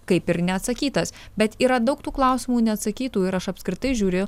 kaip ir neatsakytas bet yra daug tų klausimų neatsakytų ir aš apskritai žiūriu